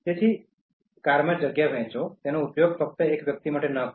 તેથી કારમાં જગ્યા વહેંચો તેનો ઉપયોગ ફક્ત એક વ્યક્તિ માટે ન કરો